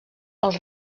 els